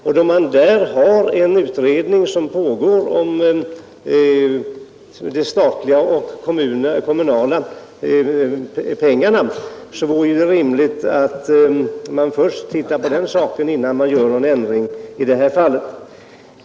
Eftersom det pågår en utredning om kostnadsfördelningen mellan stat och kommun är det rimligt att man inväntar resultatet av den utredningen innan man företar någon ändring i det här fallet.